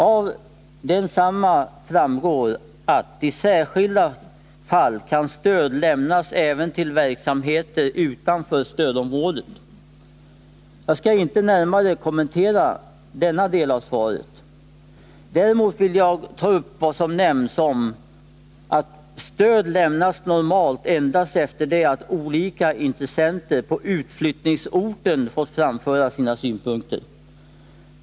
Av densamma framgår att i ”särskilda fall kan stöd lämnas även till verksamheter utanför stödområdet”. Jag skall inte närmare kommentera denna del av svaret. Däremot vill jag ta upp vad som nämns om att stöd ”lämnas normalt endast efter det att olika intressenter på utflyttningsorten fått framföra sina synpunkter”.